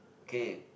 okay